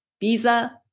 Visa